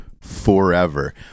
forever